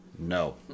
no